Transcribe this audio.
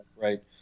right